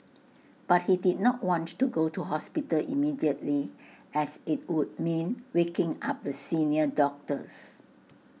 but he did not want to go to hospital immediately as IT would mean waking up the senior doctors